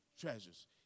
treasures